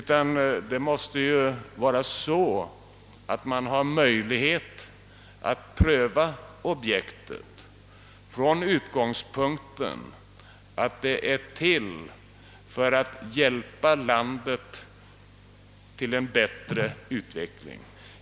Man måste alltså ha möjlighet att pröva objektet med utgångspunkt i huruvida det är till för att hjälpa landet till en bättre utveckling.